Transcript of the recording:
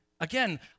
again